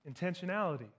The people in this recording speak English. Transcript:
intentionality